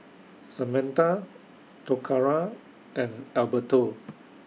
Samantha Toccara and Alberto